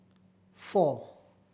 four